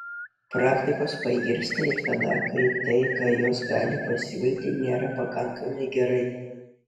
praktikos pairsta ir tada kai tai ką jos gali pasiūlyti nėra pakankamai gerai